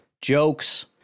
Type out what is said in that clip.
Jokes